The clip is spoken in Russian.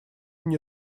мне